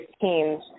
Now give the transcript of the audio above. teams